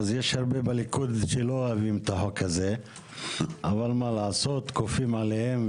יש הרבה בליכוד שלא אוהבם את החוק הזה אבל כופים עליהם,